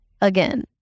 again